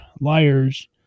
liars